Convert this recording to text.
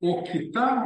o kita